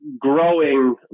growing